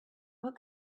what